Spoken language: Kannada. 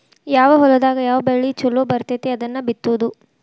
ಯಾವ ಹೊಲದಾಗ ಯಾವ ಬೆಳಿ ಚುಲೊ ಬರ್ತತಿ ಅದನ್ನ ಬಿತ್ತುದು